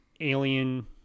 alien